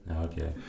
Okay